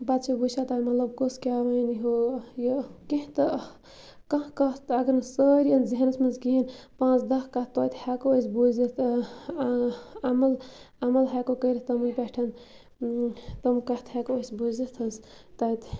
پَتہٕ چھِ وٕچھان تَتہِ مَطلَب کُس کیٛاہ وَنہِ ہُہ یہِ کینٛہہ تہٕ کانٛہہ کتھ تہٕ اگر نہٕ سٲری یِن ذہنَس مَنٛز کِہیٖنۍ پانٛژھ دَہ کَتھ تویتہِ ہٮ۪کو أسۍ بوٗزِتھ عَمل عَمل ہٮ۪کو کٔرِتھ تِمَن پٮ۪ٹھ تِم کَتھٕ ہٮ۪کو أسۍ بوٗزِتھ حظ تَتہِ